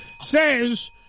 says